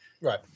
Right